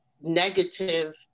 negative